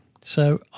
so